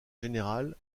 générale